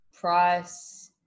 price